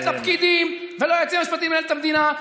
לפקידים וליועצים המשפטיים לנהל את המדינה.